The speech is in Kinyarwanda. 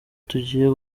tugiye